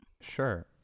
Sure